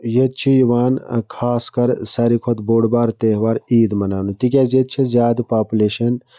ییٚتہِ چھِ یِوان خاص کَر ساروی کھۄتہٕ بوٚڑ بارٕ تہوار عیٖد مَناونہٕ تِکیٛازِ ییٚتہِ چھےٚ زیادٕ پاپُلیشَن